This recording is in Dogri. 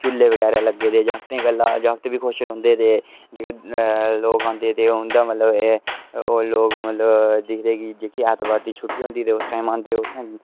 झुले बगैरा लगे दे जागते गल्ला ते जागत बी मतलव खुश रौंहदे जेह्के लोक औंदे मतलव ते ओह् लोक दिखदे की जेह्की ऐतवार दी छुटटी होंदी ते उस टैम आंदे उत्थें